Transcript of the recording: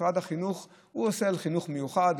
משרד החינוך עושה לחינוך המיוחד,